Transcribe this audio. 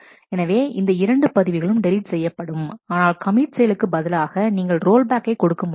எனவே இந்த இரண்டு பதிவுகளும் டெலீட் செய்யப்படும் ஆனால் கமிட் செயலுக்கு பதிலாக நீங்கள் ரோல்பேக்கை கொடுக்க முடியும்